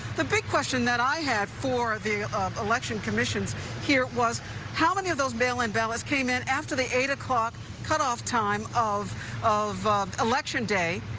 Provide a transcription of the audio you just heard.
the big question that i had for the election commission here was how many of those mail-in ballots came in after the eight zero ah cut off time of of election day,